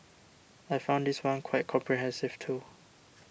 I found this one quite comprehensive too